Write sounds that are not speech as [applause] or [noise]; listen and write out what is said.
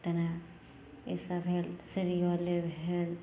[unintelligible] ई सब भेल सीरियले भेल